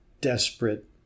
desperate